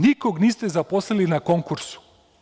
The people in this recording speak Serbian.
Nikog niste zaposlili na konkursu.